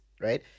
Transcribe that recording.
right